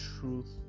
truth